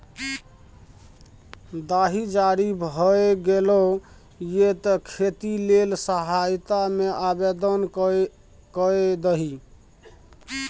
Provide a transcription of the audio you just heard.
दाही जारी भए गेलौ ये तें खेती लेल सहायता मे आवदेन कए दही